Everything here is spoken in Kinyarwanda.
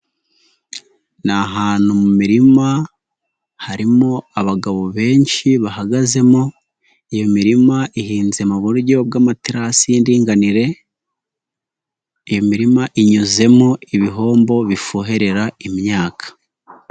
Ni ahantu mu mirima harimo abagabo benshi bahagazemo, iyo mirima ihinze mu buryo bw'amaterasi y'indinganire, imirima inyuzemo ibihombo bifohera imyaka.